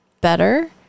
better